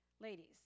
Ladies